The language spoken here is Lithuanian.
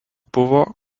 buvo